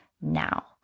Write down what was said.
now